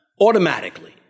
automatically